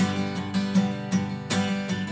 and